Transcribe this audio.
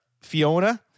Fiona